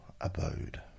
abode